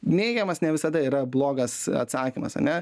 neigiamas ne visada yra blogas atsakymas ane